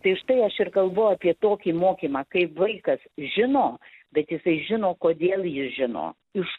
tai štai aš ir kalbu apie tokį mokymą kaip vaikas žino bet jisai žino kodėl jis žino iš